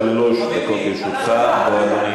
תודה רבה, אדוני.